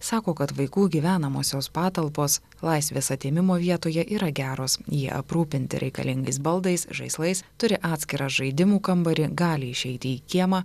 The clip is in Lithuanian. sako kad vaikų gyvenamosios patalpos laisvės atėmimo vietoje yra geros jie aprūpinti reikalingais baldais žaislais turi atskirą žaidimų kambarį gali išeiti į kiemą